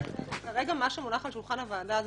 כרגע מה שמונח על שולחן הוועדה זה